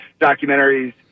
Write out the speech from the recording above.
documentaries